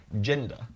gender